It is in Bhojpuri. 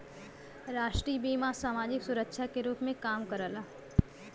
राष्ट्रीय बीमा समाजिक सुरक्षा के रूप में काम करला